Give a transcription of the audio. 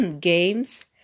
games